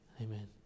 Amen